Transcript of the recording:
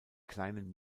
kleinen